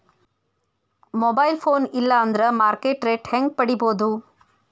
Mobile phone ಇಲ್ಲಾ ಅಂದ್ರ market rate ಹೆಂಗ್ ಪಡಿಬೋದು?